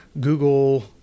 Google